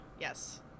Yes